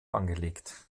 angelegt